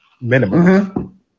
minimum